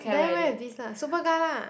then wear with this lah Superga lah